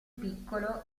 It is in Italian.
piccolo